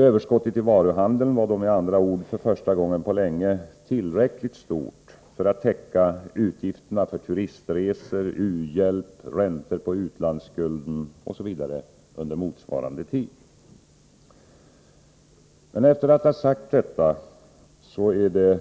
Överskottet i varuhandeln var då med andra ord för första gången på länge tillräckligt stort för att täcka utgifterna för turistresor, u-hjälp, räntor på utlandsskulden, m.m. under motsvarande tid. Det är